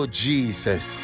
jesus